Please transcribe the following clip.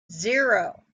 zero